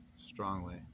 strongly